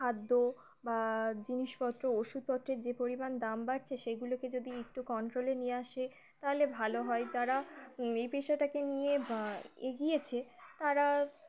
খাদ্য বা জিনিসপত্র ওষুধপত্রের যে পরিমাণ দাম বাড়ছে সেগুলোকে যদি একটু কন্ট্রোলে নিয়ে আসে তাহলে ভালো হয় যারা এই পেশাটাকে নিয়ে এগিয়েছে তারা